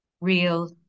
real